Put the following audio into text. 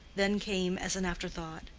then came, as an afterthought,